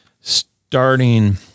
starting